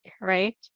right